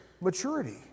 maturity